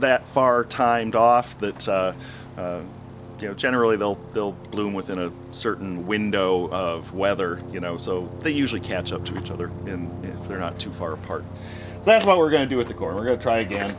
that far timed off that you know generally they'll build bloom within a certain window of weather you know so they usually catch up to each other and they're not too far apart that's what we're going to do with the car we're going to try again